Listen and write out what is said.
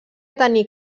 tenir